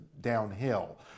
downhill